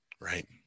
right